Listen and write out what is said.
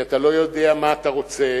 כי אתה לא יודע מה אתה רוצה,